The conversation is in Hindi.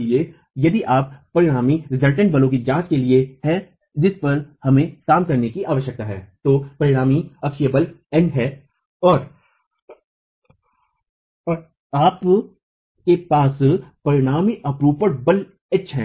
इसलिए यदि आप परिणामी बलों की जांच करने के लिए हैं जिस पर हमें काम करने की आवश्यकता है तो परिणामी अक्षीय बल N है तो आपके पास परिणामी अपरूपण बल H